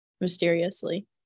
mysteriously